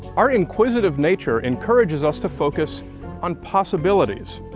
our inquisitive nature encourages us to focus on possibilities.